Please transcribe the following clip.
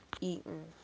eaten